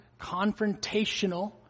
confrontational